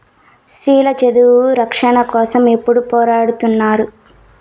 స్త్రీల చదువు రక్షణ కోసం ఎప్పుడూ పోరాడుతున్నారు